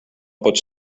pots